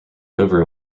over